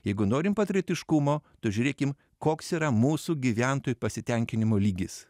jeigu norim patriotiškumo tai žiūrėkim koks yra mūsų gyventojų pasitenkinimo lygis